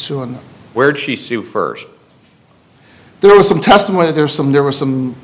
soon where she sued first there was some testimony there's some there was some